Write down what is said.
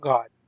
God